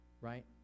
right